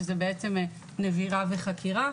שזה נבירה וחקירה,